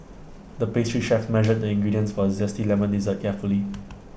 the pastry chef measured the ingredients for A Zesty Lemon Dessert carefully